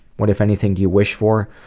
what, if anything, do you wish for?